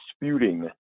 disputing